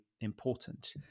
important